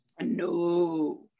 no